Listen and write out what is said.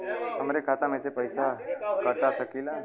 हमरे खाता में से पैसा कटा सकी ला?